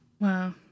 Wow